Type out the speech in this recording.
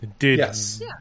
Yes